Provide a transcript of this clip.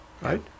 Right